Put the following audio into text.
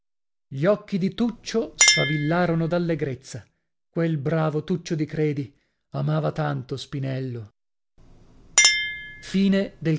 gli occhi di tuccio sfavillarono d'allegrezza quel bravo tuccio di credi amava tanto spinello